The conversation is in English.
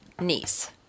niece